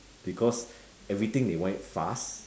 because everything they want it fast